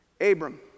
Abram